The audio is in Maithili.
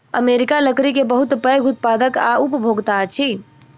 अमेरिका लकड़ी के बहुत पैघ उत्पादक आ उपभोगता अछि